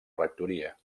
rectoria